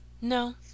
no